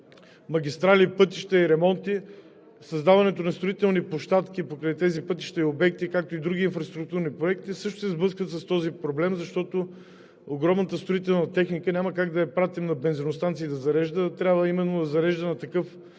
магистрали пътища и ремонти, създаването на строителни площадки покрай тези пътища и обекти, както и други инфраструктурни проекти, също се сблъскват с този проблем, защото огромната строителна техника няма как да я пратим да зарежда на бензиностанции, а трябва да зарежда именно на такъв